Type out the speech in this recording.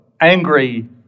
angry